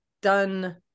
done